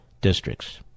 districts